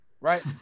right